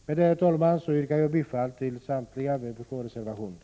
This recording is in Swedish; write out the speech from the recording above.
Med detta, herr talman, yrkar jag bifall till samtliga vpk-reservationer.